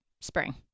spring